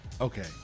Okay